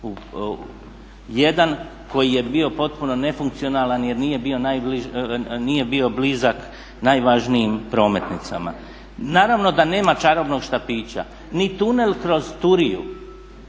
Jedan koji je bio potpuno nefunkcionalan jer nije bio blizak najvažnijim prometnicama. Naravno da nema čarobnog štapića. Ni tunel kroz Turiju,